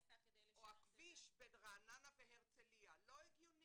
הכביש בין רעננה והרצליה, לא הגיוני,